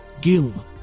Gil